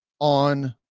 on